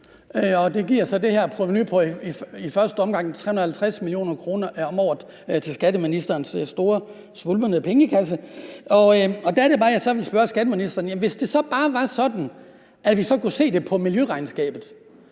det giver så det her provenu på i første omgang 350 mio. kr. om året til skatteministerens store, svulmende pengekasse. Der er det bare, jeg så vil spørge skatteministeren om noget. Hvis det så bare var sådan, at vi så kunne se det i miljøregnskabet,